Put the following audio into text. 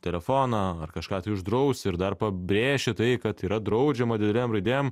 telefoną ar kažką tai uždrausi ir dar pabrėši tai kad yra draudžiama didelėm raidėm